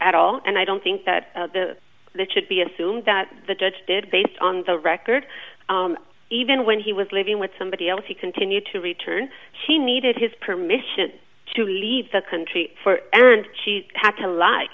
at all and i don't think that that should be assumed that the judge did based on the record even when he was living with somebody else he continued to return she needed his permission to leave the country and she had to lie